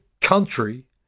country